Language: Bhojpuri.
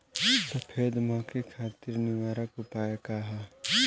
सफेद मक्खी खातिर निवारक उपाय का ह?